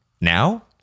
Now